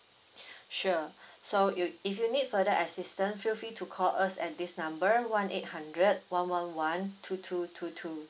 sure so you if you need further assistance feel free to call us at this number one eight hundred one one one two two two two